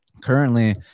Currently